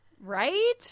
Right